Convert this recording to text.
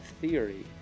theory